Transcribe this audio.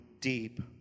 deep